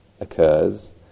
occurs